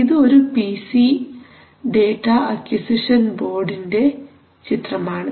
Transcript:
ഇത് ഒരു P C data acquisition ബോർഡിന്റെ ചിത്രമാണ്